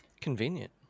Convenient